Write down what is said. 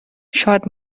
شاد